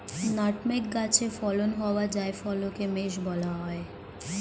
nutmeg গাছে ফলন হওয়া জায়ফলকে মেস বলা হয়